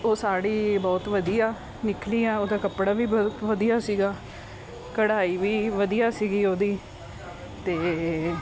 ਉਹ ਸਾੜੀ ਬਹੁਤ ਵਧੀਆ ਨਿਕਲੀ ਆ ਉਹਦਾ ਕੱਪੜਾ ਵੀ ਵ ਵਧੀਆ ਸੀਗਾ ਕਢਾਈ ਵੀ ਵਧੀਆ ਸੀਗੀ ਉਹਦੀ ਅਤੇ